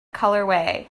colorway